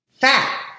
fat